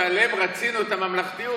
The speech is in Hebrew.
שעליהן רצינו את הממלכתיות,